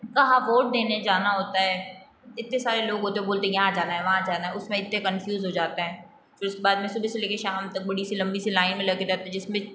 कहाँ वोट देने जाना होता है इतने सारे लोग होते हैं वो बोलते हैं यहाँ जाना है वहाँ जाना है उसमें इतने कंफ़्यूज़ हो जाते हैं फ़िर उसके बाद में सुबह से लेके शाम तक बड़ी सी लम्बी सी लाइन लग जाती है जिस में जो